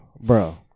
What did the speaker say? bro